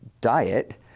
diet—